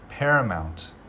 paramount